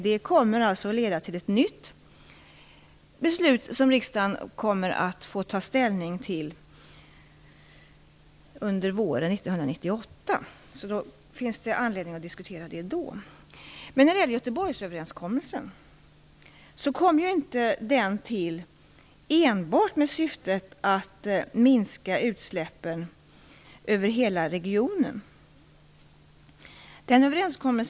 Detta kommer alltså att leda till ett nytt beslut som riksdagen får ta ställning till under våren 1998. Därför finns det anledning att diskutera detta då. Göteborgsöverenskommelsen kom ju inte enbart till med syftet att utsläppen skulle minska över hela regionen.